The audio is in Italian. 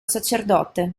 sacerdote